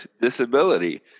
disability